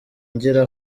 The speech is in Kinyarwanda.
ngira